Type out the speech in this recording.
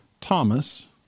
Thomas